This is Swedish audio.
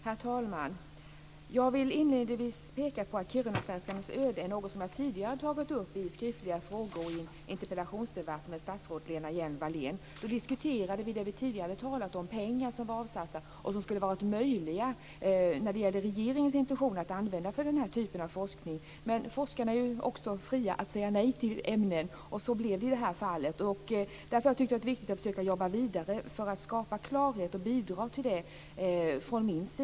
Herr talman! Jag vill inledningsvis peka på att kirunasvenskarnas öde är något som jag tidigare tagit upp i skriftliga frågor och i en interpellationsdebatt med statsrådet Lena Hjelm-Wallén. Då diskuterade vi det vi tidigare talat om, nämligen pengar som var avsatta och som skulle ha varit möjliga, när det gällde regeringens intentioner, att använda för den här typen av forskning. Men forskarna är också fria att säga nej till ämnen, och så blev det i det här fallet. Därför har jag tyckt att det är viktigt att försöka jobba vidare för att skapa klarhet och bidra till det.